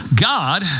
God